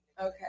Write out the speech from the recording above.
Okay